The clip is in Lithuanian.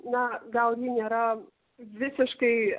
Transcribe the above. na gal ji nėra visiškai